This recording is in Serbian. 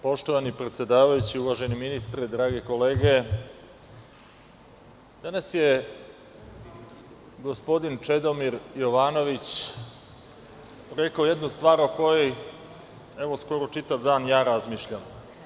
Poštovani predsedavajući, uvaženi ministre, drage kolege, danas je gospodin Čedomir Jovanović rekao jednu stvar o kojoj skoro čitav dan ja razmišljam.